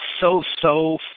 so-so